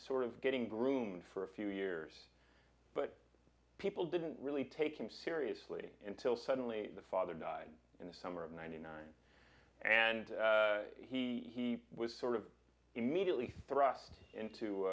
sort of getting groomed for a few years but people didn't really take him seriously until suddenly the father died in the summer of ninety nine and he was sort of immediately thrust into